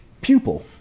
pupil